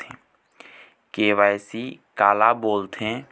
KYC काला बोलथें?